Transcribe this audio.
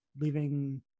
leaving